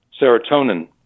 serotonin